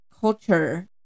culture